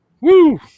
woo